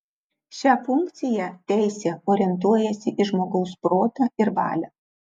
šia funkciją teisė orientuojasi į žmogaus protą ir valią